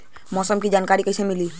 मौसम के जानकारी कैसे मिली?